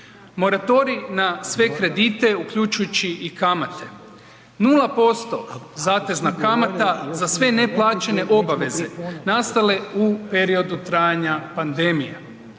moratorij na sve kredite uključujući i kamate, 0% zatezna kamata za sve neplaćene obaveze nastale u periodu trajanja pandemije,